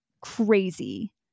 crazy